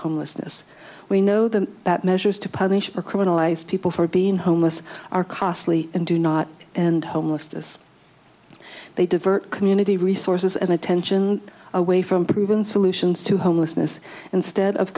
homelessness we know the measures to publish or criminalize people for being homeless are costly and do not and homelessness they divert community resources and attention away from proven solutions to homelessness instead of